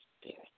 Spirit